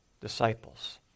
disciples